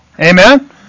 Amen